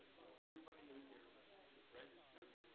so everybody in here should register.